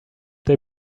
they